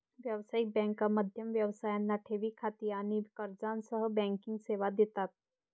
व्यावसायिक बँका मध्यम व्यवसायांना ठेवी खाती आणि कर्जासह बँकिंग सेवा देतात